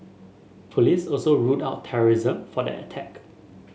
police also ruled out terrorism for that attack